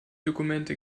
dokumente